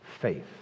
Faith